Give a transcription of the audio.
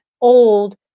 old